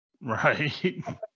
Right